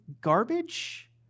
garbage